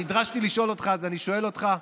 נדרשתי לשאול אותך, אז אני שואל אותך.